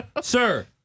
sir